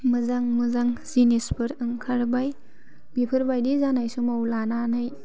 मोजां मोजां जिनिसफोर ओंखारबाय बिफोरबायदि जानाय समाव लानानै